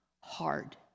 hard